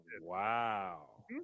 Wow